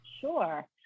Sure